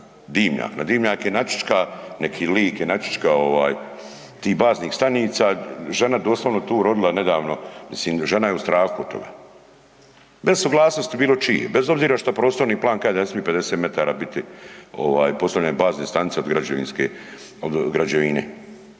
dimnjak, na dimnjak je načička neki lik je načičkao tih baznih stanica žena doslovno tu rodila nedavno, mislim žena je u strahu od toga, bez suglasnosti bilo čije, bez obzir što prostorni plan kaže ne smije 50 metara biti postavljena bazna stanica od građevine.